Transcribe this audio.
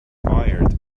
fired